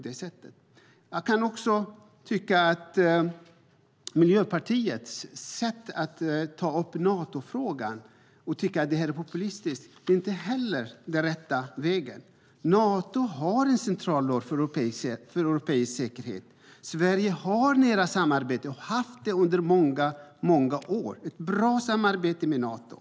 Inte heller tycker jag att Miljöpartiets sätt att ta upp Natofrågan, att säga att det är populistiskt, är korrekt. Nato spelar en central roll för europeisk säkerhet. Sverige har, och har under många år haft, ett nära och bra samarbete med Nato.